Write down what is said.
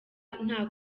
nta